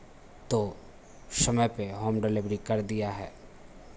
तो समय पे होम डिलिवरी कर दिया है